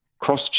cross